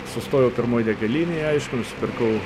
sustojau pirmoj degalinėje aišku nusipirkau